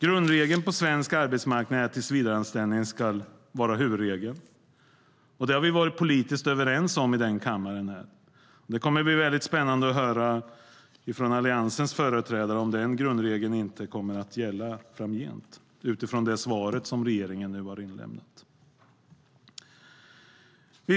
Grundregeln på svensk arbetsmarknad är att tillsvidareanställning ska vara huvudregel. Det har vi varit politiskt överens om i kammaren. Det kommer att bli väldigt spännande att höra från Alliansens företrädare om den grundregeln inte kommer att gälla framgent, utifrån det svar som regeringen nu har lämnat in.